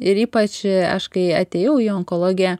ir ypač aš kai atėjau į onkologiją